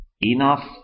enough